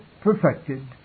perfected